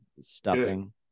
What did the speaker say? stuffing